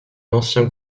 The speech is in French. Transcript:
l’ancien